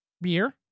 Beer